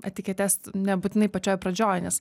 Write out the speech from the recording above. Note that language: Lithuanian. etiketes nebūtinai pačioj pradžioj nes